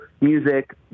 music